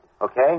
Okay